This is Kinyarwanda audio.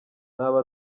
naba